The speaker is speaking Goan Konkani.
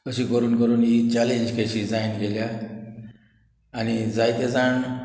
अशी करून करून ही चॅलेंज केशी जायत गेल्या आनी जायते जाण